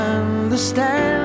understand